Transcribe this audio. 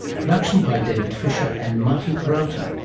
production by david fisher and marty peralta.